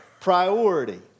priority